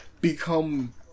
become